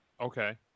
Okay